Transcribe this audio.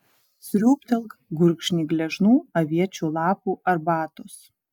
sriūbtelk gurkšnį gležnų aviečių lapų arbatos